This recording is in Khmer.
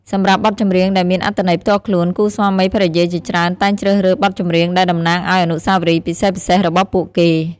សម្រាប់បទចម្រៀងដែលមានអត្ថន័យផ្ទាល់ខ្លួន គូស្វាមីភរិយាជាច្រើនតែងជ្រើសរើសបទចម្រៀងដែលតំណាងឲ្យអនុស្សាវរីយ៍ពិសេសៗរបស់ពួកគេ។